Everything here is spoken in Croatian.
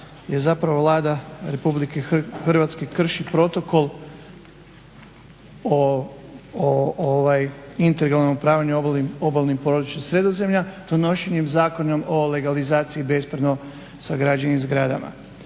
je zapravo Vlada Republike Hrvatske krši protokol o integralnom upravljanju obalnim područjem sredozemlja donošenjem Zakon o legalizaciji bespravno sagrađenih zgrada.